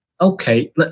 okay